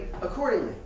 accordingly